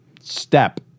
step